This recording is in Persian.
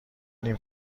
نیم